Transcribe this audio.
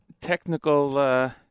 technical